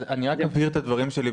אני רק אבהיר את הדברים שלך,